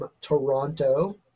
Toronto